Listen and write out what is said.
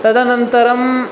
तदनन्तरम्